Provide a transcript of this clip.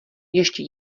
ještě